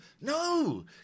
no